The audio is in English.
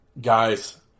guys